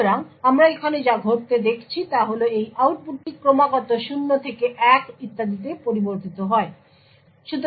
সুতরাং আমরা এখানে যা ঘটতে দেখছি তা হল এই আউটপুটটি ক্রমাগত 0 থেকে 1 ইত্যাদিতে পরিবর্তিত হয়